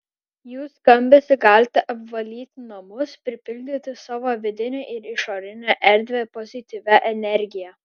jų skambesiu galite apvalyti namus pripildyti savo vidinę ir išorinę erdvę pozityvia energija